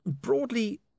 Broadly